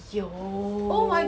有